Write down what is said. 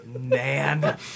Man